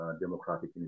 democratic